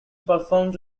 performed